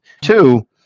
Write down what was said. Two